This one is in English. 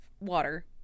water